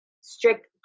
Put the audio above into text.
strict